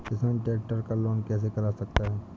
किसान ट्रैक्टर का लोन कैसे करा सकता है?